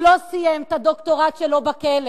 הוא לא סיים את הדוקטורט שלו בכלא,